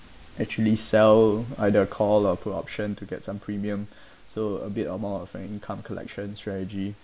actually sell either a call or put option to get some premium so a bit amount of an income collection strategy